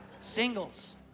Singles